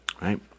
Right